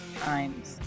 times